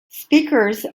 speakers